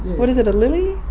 what is it, a lily?